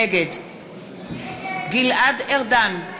נגד גלעד ארדן,